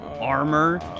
armor